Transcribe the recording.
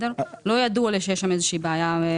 לא ידוע לי שיש שם איזו שהיא בעיה.